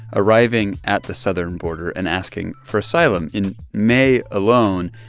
arriving at the southern border and asking for asylum. in may alone,